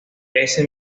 ese